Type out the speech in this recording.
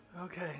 Okay